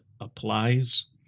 applies